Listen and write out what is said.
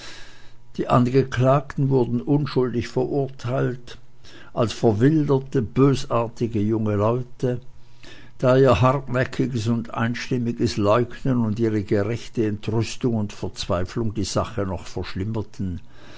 die angeklagten wurden unschuldig verurteilt als verwilderte bösartige junge leute da ihr hartnäckiges und einstimmiges leugnen und ihre gerechte entrüstung und verzweiflung die sache noch verschlimmerten